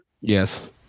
Yes